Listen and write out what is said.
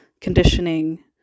conditioning